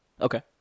Okay